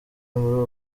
muri